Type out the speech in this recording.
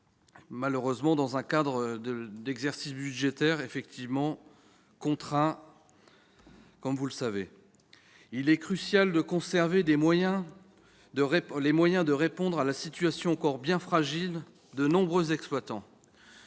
importantes dans un contexte budgétaire malheureusement contraint, comme vous le savez. Il est crucial de conserver les moyens de répondre à la situation encore bien fragile de nombreux exploitants.